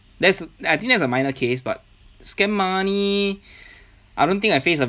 that's I think that's a minor case but scam money I don't think I face a